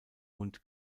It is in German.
und